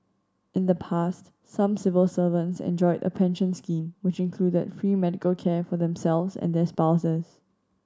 in the past some civil servants enjoyed a pension scheme which included free medical care for themselves and their spouses